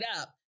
up